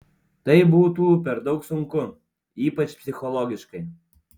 tai būtų per daug sunku ypač psichologiškai